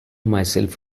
myself